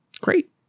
great